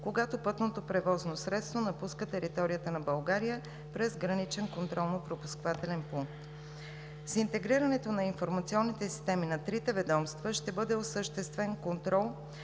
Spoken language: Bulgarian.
когато пътното превозно средство напуска територията на България през граничен контролно-пропускателен пункт. С интегрирането на информационните системи на трите ведомства ще бъде осъществен контрол